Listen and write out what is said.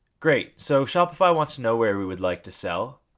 great, so shopify wants to know where we would like to sell,